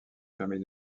permis